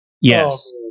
Yes